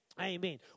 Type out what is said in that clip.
Amen